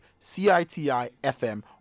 CITIFM